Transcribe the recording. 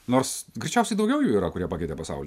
nors greičiausiai daugiau jų yra kurie pakeitė pasaulį